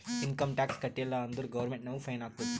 income tax ಕಟ್ಟೀಲ ಅಂದುರ್ government ನಮುಗ್ ಫೈನ್ ಹಾಕ್ತುದ್